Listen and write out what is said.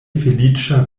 feliĉa